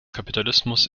kapitalismus